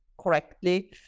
correctly